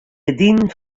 gerdinen